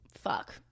fuck